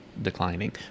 declining